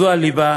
זו הליבה,